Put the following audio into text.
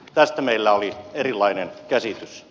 tästä meillä oli erilainen käsitys